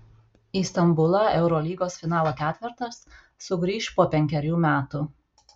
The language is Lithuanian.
į stambulą eurolygos finalo ketvertas sugrįš po penkerių metų